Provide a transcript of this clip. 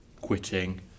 quitting